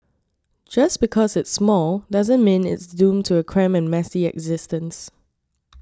just because it's small doesn't mean it's doomed to a cramped messy existence